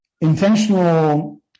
intentional